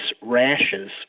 rashes